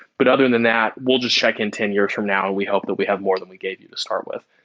but other than that, we'll just check in ten years from now and we hope that we have more than we gave you to start with.